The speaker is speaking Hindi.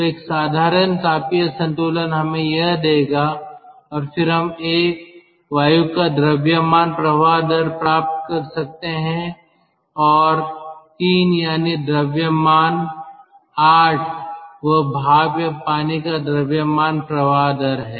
तो एक साधारण तापीय संतुलन हमें यह देगा और फिर हम 1 वायु का द्रव्यमान प्रवाह दर प्राप्त कर सकते हैं और 3 यानी द्रव्यमान8 वह भाप या पानी का द्रव्यमान प्रवाह दर है